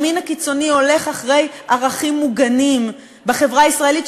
הימין הקיצוני הולך אחרי ערכים מוגנים בחברה הישראלית,